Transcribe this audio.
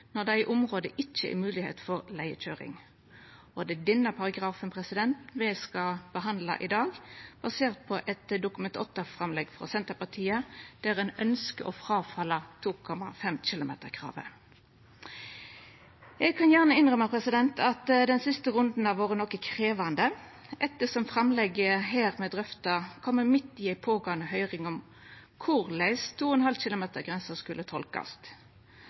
når det i området ikke er mulighet for leiekjøring». Det er denne paragrafen me skal behandla i dag, basert på eit Dokument 8-framlegg frå Senterpartiet, der ein ønskjer å gå bort frå kravet om 2,5 km. Eg kan gjerne innrømma at den siste runden har vore noko krevjande, ettersom framlegget me her drøftar, kom midt i ei pågåande høyring om korleis 2,5 km-grensa skulle tolkast.